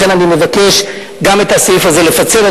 לכן, אני מבקש גם את הסעיף הזה לפצל.